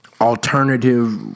alternative